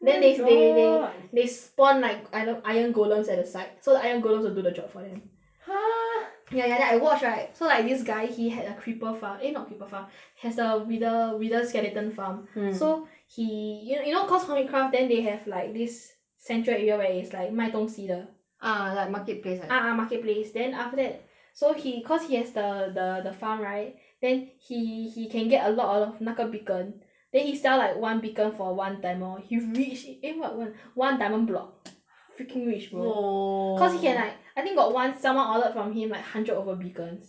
then they they they they spawn like ir~ ir~ iron golem at the side so the iron golems will do the job for him !huh! ya ya then I watch right so like this guy he had a creeper farm eh not creeper farm has a wither wither skeleton farm mm so he you know you know cause Hermit craft then they have like this central area where is like 买东西的 ah like marketplace like that ah marketplace then after that so he cause he has the the the farm right then he he can get a lot a lot of 那个 beacons then he sell like one beacon for one diamond he rich eh what wha~ one diamond block freaking rich bro oh cause he can like I think got once someone ordered from him like hundred over beacons